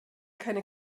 keine